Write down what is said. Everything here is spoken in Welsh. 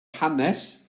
hanes